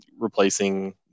replacing